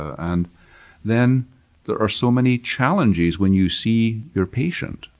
and then there are so many challenges when you see your patient,